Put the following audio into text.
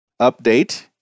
update